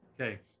okay